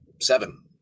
seven